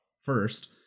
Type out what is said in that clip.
first